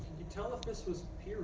you tell if this was peer